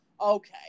okay